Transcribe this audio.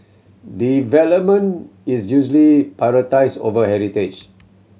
development is usually prioritised over heritage